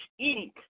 Inc